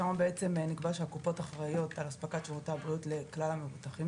שם נקבע שהקופות אחראיות על הספקת שרותי בריאות לכלל המבוטחים